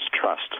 trust